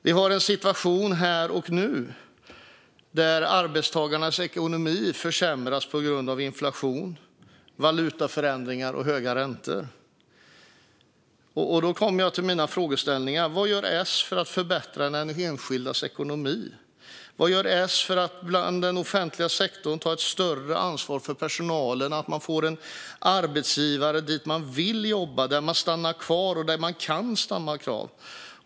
Vi har en situation här och nu där arbetstagarnas ekonomi försämras på grund av inflation, valutaförändringar och höga räntor. Då kommer jag till mina frågor. Vad gör S för att förbättra den enskildes ekonomi? Vad gör S för att i den offentliga sektorn ta ett större ansvar för personalen så att personalen får en arbetsgivare som man vill jobba hos, där man stannar kvar och kan stanna kvar?